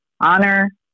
honor